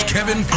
Kevin